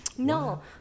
No